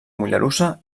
mollerussa